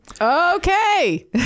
Okay